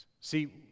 see